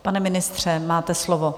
Pane ministře, máte slovo.